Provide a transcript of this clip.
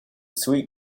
sweet